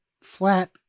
flat